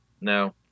no